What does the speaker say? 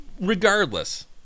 regardless